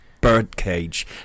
birdcage